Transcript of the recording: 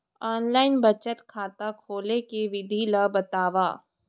Online बचत खाता खोले के विधि ला बतावव?